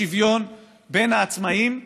לשוויון בין העצמאים לשכירים,